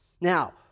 Now